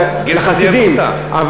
אולי לחסידים,